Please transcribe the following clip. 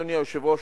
אדוני היושב-ראש,